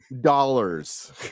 dollars